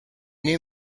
new